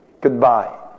goodbye